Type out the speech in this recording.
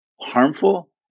harmful